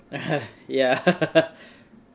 ya